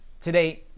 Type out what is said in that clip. Today